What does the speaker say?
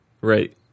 right